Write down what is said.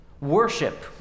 Worship